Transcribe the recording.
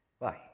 Bye